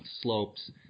slopes